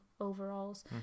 overalls